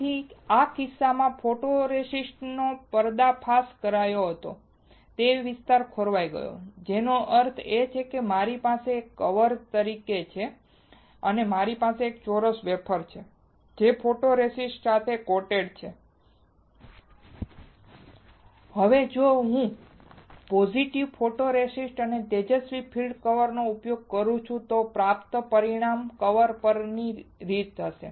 તેથી આ કિસ્સામાં ફોટોરેસિસ્ટ નો પર્દાફાશ કરાયો હતો તે વિસ્તાર ખોવાઈ ગયો જેનો અર્થ છે કે જો મારી પાસે આ એક કવર તરીકે છે અને મારી પાસે ચોરસ વેફર છે જે ફોટોરેસિસ્ટ સાથે કોટેડ છે હવે જો હું પોઝિટિવ ફોટોરેસિસ્ટ અને તેજસ્વી ફીલ્ડ કવર નો ઉપયોગ કરું છું તો પ્રાપ્ત પરિણામ કવર માસ્ક પરની રીત હશે